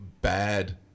bad